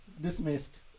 Dismissed